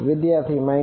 વિદ્યાર્થી jkx